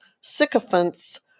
sycophants